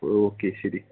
okay ശരി